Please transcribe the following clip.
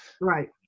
Right